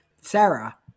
Sarah